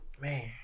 man